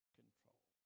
control